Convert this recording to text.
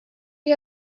you